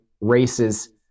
races